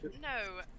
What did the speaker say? no